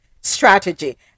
strategy